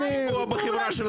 על הפיגוע בכלכלה,